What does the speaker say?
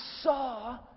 saw